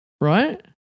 Right